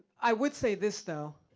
i would say this though.